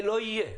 לא יהיה.